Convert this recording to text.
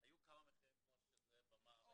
היו כמה מחירים כמו שזאב אמר,